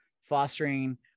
fostering